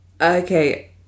okay